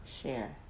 Share